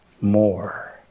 more